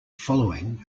following